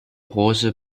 rose